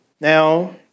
Now